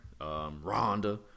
Rhonda